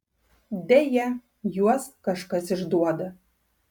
deja juos kažkas išduoda